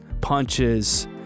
punches